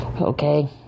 Okay